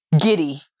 Giddy